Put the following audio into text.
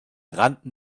rannten